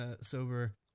sober